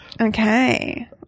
Okay